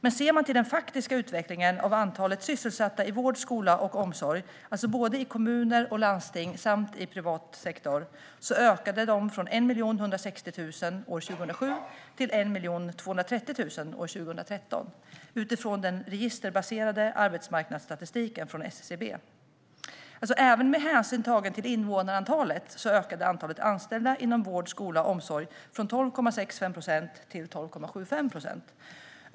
Tittar man på den faktiska utvecklingen av antalet sysselsatta i vård, skola och omsorg - alltså både i kommuner och landsting samt i privat sektor - ser man att antalet ökade från 1 160 000 år 2007 till 1 230 000 år 2013, enligt den registerbaserade arbetsmarknadsstatistiken från SCB. Även med hänsyn tagen till invånarantalet ökade antalet anställda inom vård, skola och omsorg från 12,65 procent till 12,75 procent.